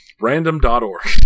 Random.org